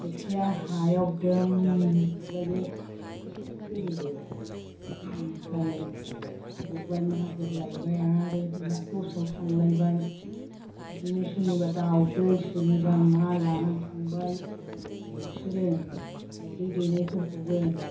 खेबसेया हायाव दोम बुबाय बे गोथौ दोबैलायबाय ओमफ्राय बुबाय नागिरलायबाय आरो दस्रायाव थांलायबाय बिदिनो सोरनिबा दाउदै सोरनिबा माल लानानै थांबाय बिसोरो दाउदै दैनायफोरखौबो